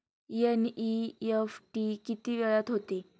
NEFT किती वेळात होते?